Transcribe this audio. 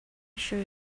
sure